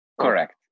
Correct